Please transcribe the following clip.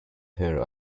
her